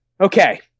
Okay